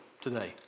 today